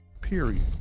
Period